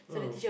mm